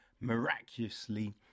miraculously